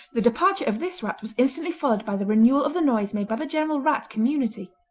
the departure of this rat was instantly followed by the renewal of the noise made by the general rat community.